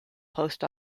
post